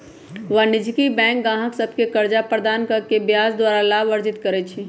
वाणिज्यिक बैंक गाहक सभके कर्जा प्रदान कऽ के ब्याज द्वारा लाभ अर्जित करइ छइ